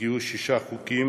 הגיעו שישה חוקים